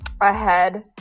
ahead